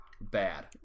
bad